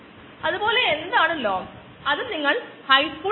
അതിന് ശേഷം നമുക്ക് ഇഷ്ടമുള്ള ഓർഗാനിസം ചേർത്ത് ബയോറിയാക്ടറിൽ അത് മൾട്ടിപ്ലൈ ചെയുന്നു